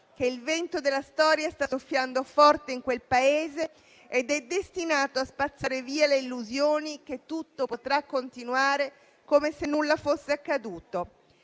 Il vento della storia sta soffiando forte in quel Paese ed è destinato a spazzare via l'illusione che tutto potrà continuare come se nulla fosse accaduto.